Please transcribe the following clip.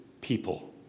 people